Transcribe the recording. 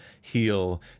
heal